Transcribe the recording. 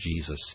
Jesus